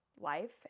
life